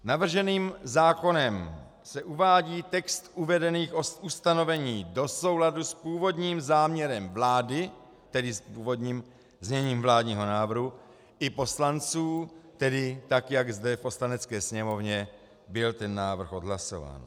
Navrženým zákonem se uvádí text uvedených ustanovení do souladu s původním záměrem vlády, tedy s původním zněním vládního návrhu i poslanců, tedy tak, jak zde v Poslanecké sněmovně byl ten návrh odhlasován.